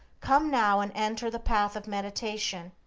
come now and enter the path of meditation,